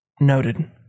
noted